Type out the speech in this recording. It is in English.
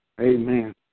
Amen